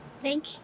Thank